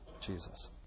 Jesus